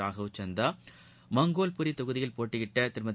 Raghav Chadha Mangolpuri தொகுதியில் போட்டியிட்ட திருமதி